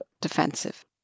defensive